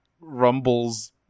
rumbles